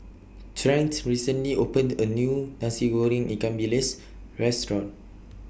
Trent recently opened A New Nasi Goreng Ikan Bilis Restaurant